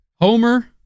Homer